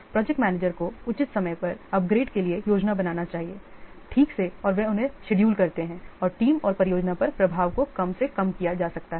project manager को उचित समय पर अपग्रेड के लिए योजना बनाना चाहिए ठीक से और वे उन्हें शेड्यूल करते हैं और टीम और परियोजना पर प्रभाव को कम से कम किया जा सकता है